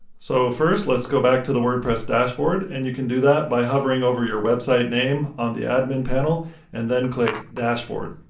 so first, let's go back to the wordpress dashboard. and you can do that by hovering over your website name on the admin panel and then click dashboard.